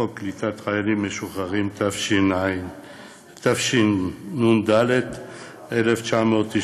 בחוק קליטת חיילים משוחררים, התשנ"ד 1994,